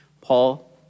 Paul